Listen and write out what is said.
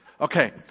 Okay